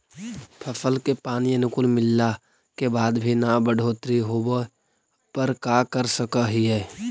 फसल के पानी अनुकुल मिलला के बाद भी न बढ़ोतरी होवे पर का कर सक हिय?